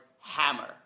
hammer